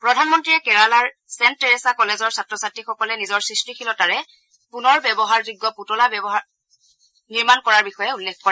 প্ৰধানমন্ত্ৰীয়ে কেৰালাৰ Saint Teresa কলেজৰ ছাত্ৰ ছাত্ৰীসকলে নিজৰ সৃষ্টিশীলতাৰে পূনৰ ব্যৱহাৰযোগ্য পূতলা ব্যৱহাৰ কৰাৰ বিষয়ে উল্লেখ কৰে